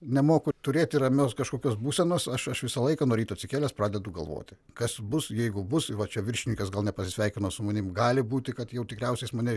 nemoku turėti ramios kažkokios būsenos aš aš visą laiką nuo ryto atsikėlęs pradedu galvoti kas bus jeigu bus va čia viršininkas gal nepasisveikino su manimi gali būti kad jau tikriausiai jis mane